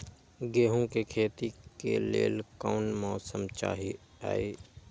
गेंहू के खेती के लेल कोन मौसम चाही अई?